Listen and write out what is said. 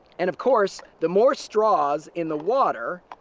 and of course, the more straws in the water,